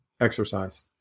exercise